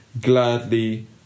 gladly